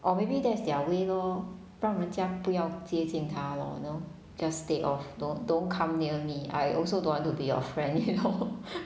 or maybe that's their way lor 不让人家不要接近他 lor or you know just stay off don't don't come near me I also don't want to be your friend you know